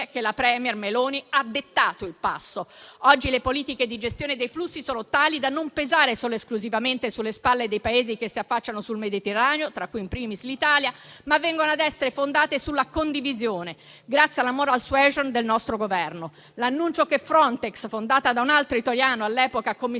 che la *premier* Meloni ha dettato il passo. Oggi le politiche di gestione dei flussi sono tali da non pesare solo ed esclusivamente sulle spalle dei Paesi che si affacciano sul Mediterraneo, tra cui *in primis* l'Italia, ma vengono a essere fondate sulla condivisione, grazie alla *moral suasion* del nostro Governo. L'annuncio che Frontex, fondata da un altro italiano all'epoca commissario